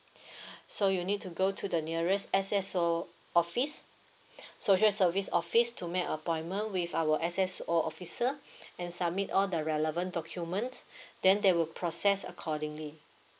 so you need to go to the nearest S_S_O office social service office to make appointment with our S_S_O officer and submit all the relevant document then they will process accordingly